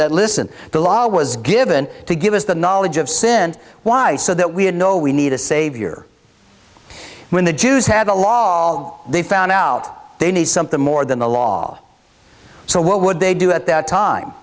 that listen the law was given to give us the knowledge of sin why so that we had no we need a savior when the jews had along they found out they need something more than the law so what would they do at that time